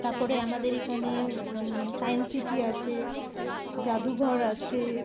তারপরে আমাদের এখানে সায়েন্স সিটি আছে জাদুঘর আছে